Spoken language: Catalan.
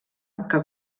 que